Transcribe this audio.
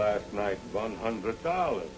last night one hundred dollars